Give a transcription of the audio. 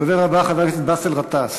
הדובר הבא הוא חבר הכנסת באסל גטאס.